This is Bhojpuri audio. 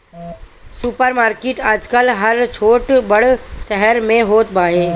सुपर मार्किट आजकल हर छोट बड़ शहर में होत हवे